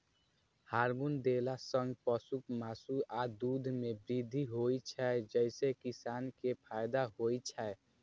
hormone देला सं पशुक मासु आ दूध मे वृद्धि होइ छै, जइसे किसान कें फायदा होइ छै